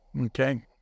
Okay